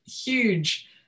huge